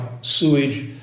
sewage